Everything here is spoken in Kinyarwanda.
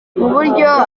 buryo